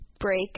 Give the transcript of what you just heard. break